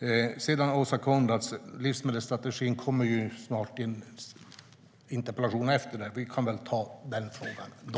När det gäller Åsa Coenraads inlägg kommer ju livsmedelsstrategin att behandlas i en interpellationsdebatt efter denna. Vi kan väl ta den frågan då.